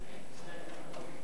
קודם סעיד.